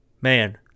Man